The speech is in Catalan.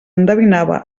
endevinava